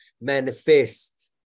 manifest